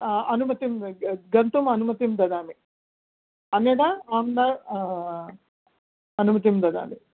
अनुमतिं गन्तुम् अनुमतिं ददामि अन्यता अहं न अनुमतीं ददामि